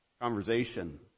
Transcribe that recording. conversation